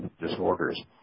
disorders